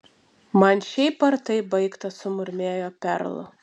man šiaip ar taip baigta sumurmėjo perl